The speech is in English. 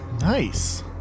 Nice